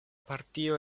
partio